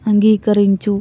అంగీకరించు